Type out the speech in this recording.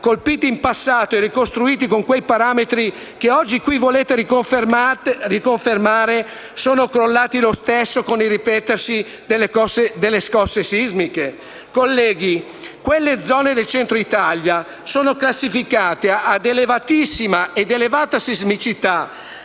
colpiti in passato e ricostruiti con quei parametri che oggi qui volete riconfermare, sono crollati lo stesso con il ripetersi delle scosse sismiche? Colleghi, quelle zone del centro Italia sono classificate ad elevatissima ed elevata sismicità.